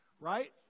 Right